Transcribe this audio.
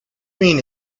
mean